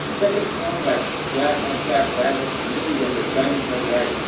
doesn't sound like black-on-black violence to me when the guns are white.